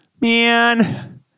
man